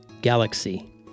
galaxy